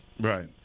Right